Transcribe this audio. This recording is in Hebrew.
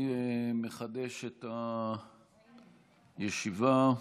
(הישיבה נפסקה בשעה 13:05 ונתחדשה בשעה 13:25.) אני מחדש את הישיבה.